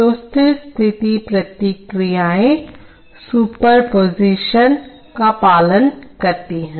तो स्थिर स्थिति प्रतिक्रियाएं सुपरपोजीशन का पालन करती हैं